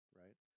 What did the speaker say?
right